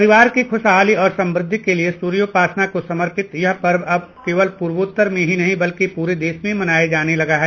परिवार की खुशहाली और समृद्धि के लिए सूर्योपासना को समर्पित यह पर्व अब केवल पूर्वोत्तर में ही नहीं बल्कि पूरे देश में मनाया जाने लगा है